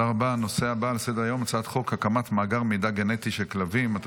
גידול משמעותי בשיעור המאובחנים בקרב ילדים באוטיזם והיעדר מענה מספק.